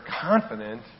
confident